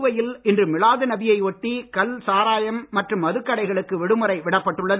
புதுவையில் இன்று மிலாது நபியை ஒட்டி கள் சாராய மற்றும் மதுக்கடைகளுக்கு விடுமுறை விடப்பட்டுள்ளது